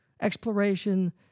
Exploration